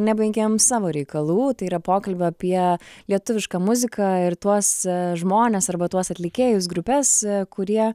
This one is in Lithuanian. nebaigėme savo reikalų tai yra pokalbio apie lietuvišką muziką ir tuos žmones arba tuos atlikėjus grupes kurie